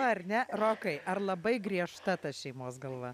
ar ne rokai ar labai griežta ta šeimos galva